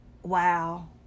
wow